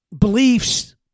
Beliefs